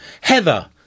Heather